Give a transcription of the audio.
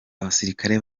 abasirikare